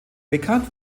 bekannt